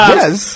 Yes